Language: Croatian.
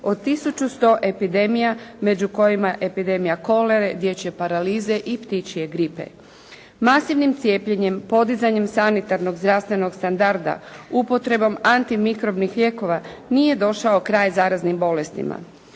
od 1100 epidemija među kojima je epidemija kolere, dječje paralize i ptičje gripe. Masivnim cijepljenjem, podizanjem sanitarnog zdravstvenog standarda, upotrebom antimikrobnih lijekova nije došao kraj zaraznim bolestima.